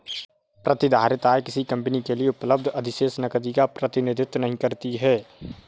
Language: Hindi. प्रतिधारित आय किसी कंपनी के लिए उपलब्ध अधिशेष नकदी का प्रतिनिधित्व नहीं करती है